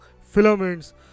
filaments